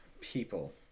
people